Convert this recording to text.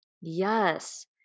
Yes